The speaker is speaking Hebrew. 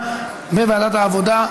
לוועדת העבודה,